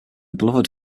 beloved